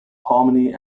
harmony